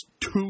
two